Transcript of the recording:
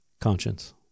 conscience